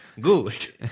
Good